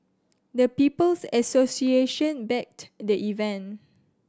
the People's Association backed the event